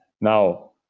now